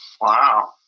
Wow